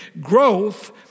growth